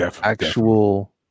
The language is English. actual